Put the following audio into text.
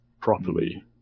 properly